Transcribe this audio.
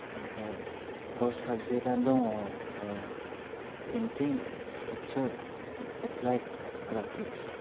ओमफाय बेव साबजेक्ता दङ पैन्टिं स्काल्पचार एप्लायद ग्राफिक्स